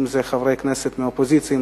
אם זה חברי כנסת מהאופוזיציה,